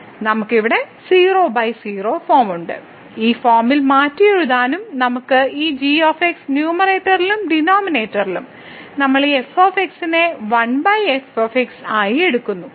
നമുക്ക് ഇവിടെ 00 ഫോം ഉണ്ട് ഈ ഫോമിൽ മാറ്റിയെഴുതാനും നമുക്ക് ഈ g ന്യൂമറേറ്ററിലും ഡിനോമിനേറ്ററിലും നമ്മൾ ഈ f നെ 1 f ആയി എടുക്കുന്നു